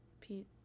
pete